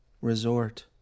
Resort